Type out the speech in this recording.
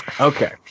Okay